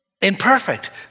imperfect